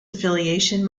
affiliation